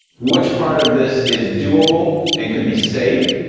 which part of this is doable, and could be safe,